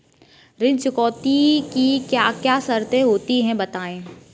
ऋण चुकौती की क्या क्या शर्तें होती हैं बताएँ?